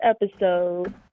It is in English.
episode